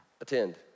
Attend